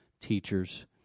teachers